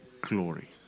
Glory